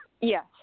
Yes